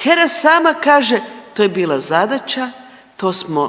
HERA sama kaže to je bila zadaća, to smo,